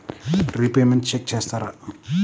Repayments check చేస్తారా?